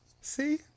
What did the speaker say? See